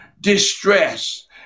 distress